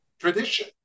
tradition